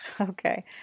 Okay